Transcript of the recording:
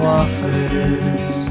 offers